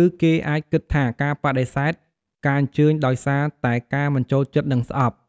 ឬគេអាចគិតថាការបដិសេធការអញ្ជើញដោយសារតែការមិនចូលចិត្ត និងស្អប់។